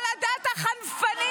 כל עדת החנפנים.